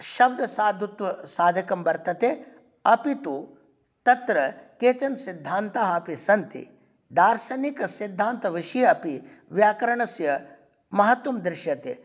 शब्दसाधुत्वसाधकं वर्तते अपितु तत्र केचन सिद्धान्ताः अपि सन्ति दार्शनिकसिद्धान्तविषये अपि व्याकरणस्य महत्त्वं दृश्यते